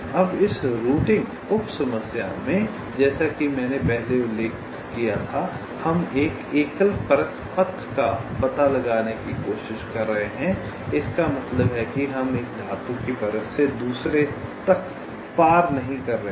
अब इस रूटिंग उप समस्या में जैसा कि मैंने पहले उल्लेख किया था हम एक एकल परत पथ का पता लगाने की कोशिश कर रहे हैं इसका मतलब है कि हम एक धातु की परत से दूसरे तक पार नहीं कर रहे हैं